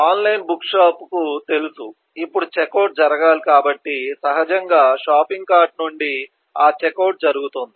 online బుక్షాప్కు తెలుసు ఇప్పుడు చెక్అవుట్ జరగాలి కాబట్టి సహజంగా షాపింగ్ కార్ట్ నుండి ఆ చెక్అవుట్ జరుగుతుంది